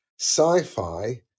sci-fi